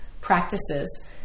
practices